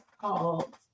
called